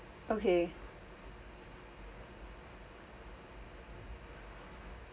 okay